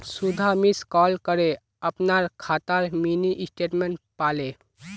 सुधा miss call करे अपनार खातार मिनी स्टेटमेंट पाले